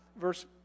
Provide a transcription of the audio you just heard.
verse